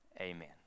Amen